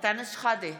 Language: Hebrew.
אנטאנס שחאדה,